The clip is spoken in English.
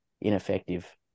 ineffective